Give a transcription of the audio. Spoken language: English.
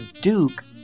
Duke